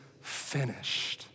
finished